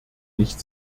nicht